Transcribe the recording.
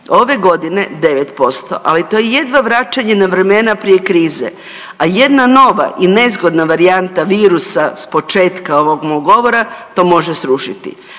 ove godine 9%, ali to je jedva vraćanje na vremena prije krize, a jedna nova i nezgodna varijanta virusa s početka ovog mog govora to može srušiti,